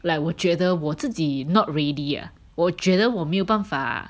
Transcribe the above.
like 我觉得我自己 not ready ah 我觉得我没有办法